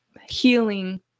healing